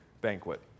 banquet